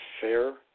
fair